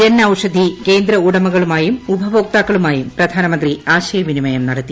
ജൻ ഔഷധി കേന്ദ്ര ഉടമകളുമായും ഉപഭോക്താക്കളുമായി പ്രധാനമന്ത്രി ആശയവിനിമയം നടത്തി